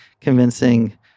convincing